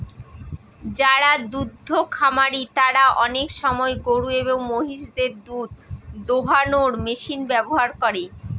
যারা দুদ্ধ খামারি তারা আনেক সময় গরু এবং মহিষদের দুধ দোহানোর মেশিন ব্যবহার করে